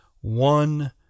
one